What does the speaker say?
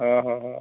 हो हो हो